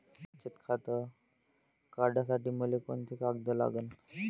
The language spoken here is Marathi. बचत खातं काढासाठी मले कोंते कागद लागन?